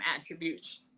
attributes